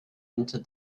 into